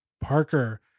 Parker